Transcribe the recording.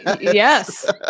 Yes